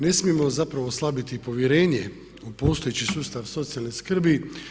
Ne smijemo zapravo oslabiti povjerenje u postojeći sustav socijalne skrbi.